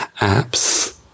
apps